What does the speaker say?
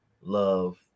love